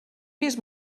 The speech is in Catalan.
vist